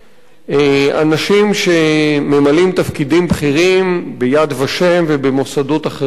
אנשים שממלאים תפקידים בכירים ב"יד ושם" ובמוסדות אחרים.